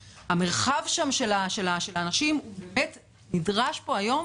המרחב שם של האנשים באמת נדרשת פה היום